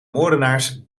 moordenaars